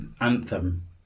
anthem